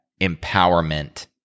empowerment